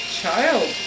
child